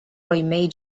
roy